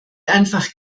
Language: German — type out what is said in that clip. einfach